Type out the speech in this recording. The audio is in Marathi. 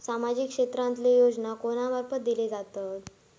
सामाजिक क्षेत्रांतले योजना कोणा मार्फत दिले जातत?